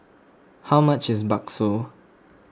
how much is Bakso